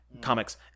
Comics